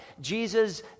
Jesus